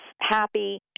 happy